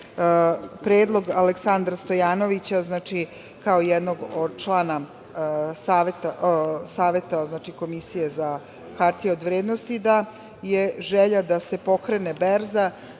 predlog Aleksandra Stojanovića, kao jednog od člana Saveta Komisije za hartije od vrednosti, da je želja da se pokrene Berza